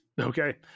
okay